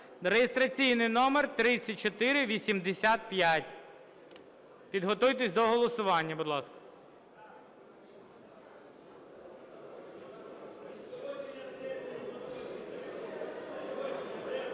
(реєстраційний номер 3485). Підготуйтесь до голосування, будь ласка.